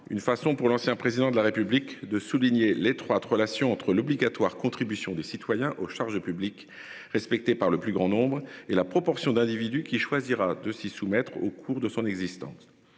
une façon pour l'ancien président de la République de souligner l'étroite relation entre l'obligatoire contribution des citoyens aux charges publiques respectés par le plus grand nombre et la proportion d'individus qui choisira de s'y soumettre au cours de son existence.